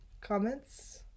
comments